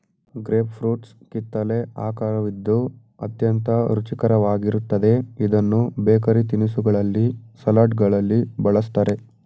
grape fruits ಕಿತ್ತಲೆ ಆಕರವಿದ್ದು ಅತ್ಯಂತ ರುಚಿಕರವಾಗಿರುತ್ತದೆ ಇದನ್ನು ಬೇಕರಿ ತಿನಿಸುಗಳಲ್ಲಿ, ಸಲಡ್ಗಳಲ್ಲಿ ಬಳ್ಸತ್ತರೆ